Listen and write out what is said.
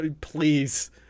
please